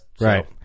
Right